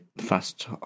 fast